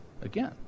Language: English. again